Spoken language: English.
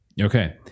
Okay